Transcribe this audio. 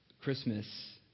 Christmas